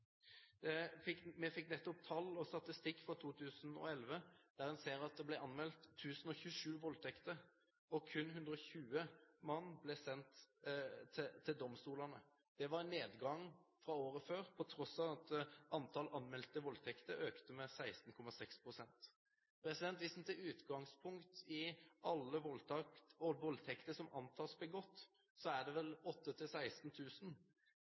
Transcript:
Vi fikk nettopp tall og statistikk for 2011, der en ser at det ble anmeldt 1 022 voldtekter, og kun 120 mann ble sendt til domstolene. Det var en nedgang fra året før, på tross av at antall anmeldte voldtekter økte med 16,6 pst. Hvis man tar utgangspunkt i alle voldtekter som antas å være begått, så er det vel